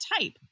type